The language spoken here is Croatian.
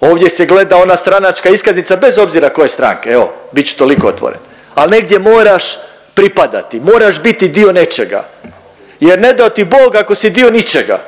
ovdje se gleda ona stranačka iskaznica bez obzira koje stranke, evo bit ću toliko otvoren, al negdje moraš pripadati, moraš biti dio nečega jer ne dao ti Bog ako si dio ničega,